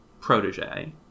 protege